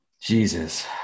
Jesus